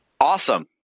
Awesome